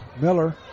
Miller